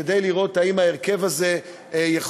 כדי לראות אם ההרכב הזה יכול